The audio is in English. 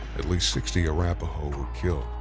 at least sixty arapaho were killed,